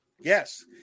Yes